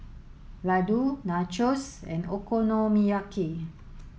Ladoo Nachos and Okonomiyaki